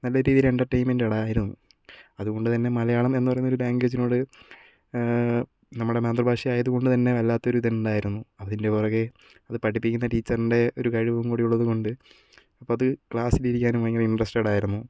നല്ല രീതിയിൽ എൻ്റർടൈൻമെൻ്റുകളായിരുന്നു അതുകൊണ്ടുത്തന്നെ മലയാളം എന്നു പറയുന്നൊരു ലാംഗ്വേജിനോട് നമ്മുടെ മാതൃഭാഷയായതു കൊണ്ടു തന്നെ വല്ലാത്തൊരിത് ഉണ്ടായിരുന്നു അതിൻ്റെ പുറകെ അത് പഠിപ്പിക്കുന്ന ടീച്ചറിൻ്റെ ഒരു കഴിവും കൂടി ഉള്ളതുകൊണ്ട് അപ്പം അത് ക്ലാസ്സിലിരിക്കാനും ഭയങ്കര ഇൻ്ററസ്റ്റഡ് ആയിരുന്നു